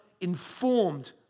informed